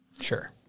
sure